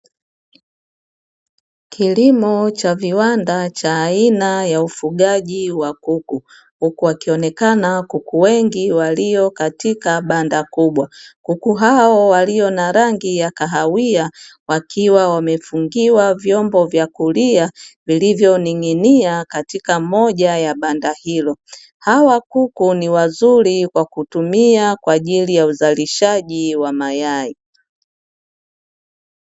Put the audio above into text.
Kilimo cha viwanda cha aina ya ufugaji wa kuku, huku wakionekana kuku wengi walio katika banda kubwa. Kuku hao walio na rangi ya kahawia wakiwa wamefungiwa vyombo vya kulia vilivyoning’inia katika moja ya banda hilo. Hawa kuku ni wazuri kwa kutumia kwa ajili ya uzalishaji wa mayai.